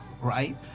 right